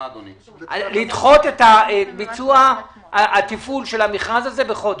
לדחות את ביצוע תפעול המכרז הזה בחודש.